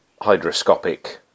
hydroscopic